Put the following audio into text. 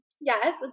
yes